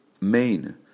main